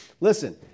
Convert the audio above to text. Listen